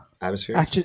atmosphere